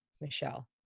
Michelle